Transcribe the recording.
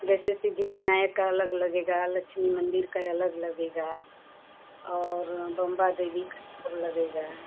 जैसे सिद्धि विनायक का अलग लगेगा लक्ष्मी मंदिर का अलग लगेगा और बंबा देवी का अलग लगेगा